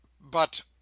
But